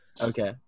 Okay